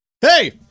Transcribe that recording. Hey